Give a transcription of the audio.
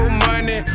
money